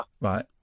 Right